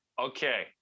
Okay